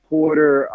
Porter